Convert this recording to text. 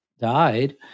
died